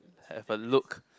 have a look